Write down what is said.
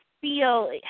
feel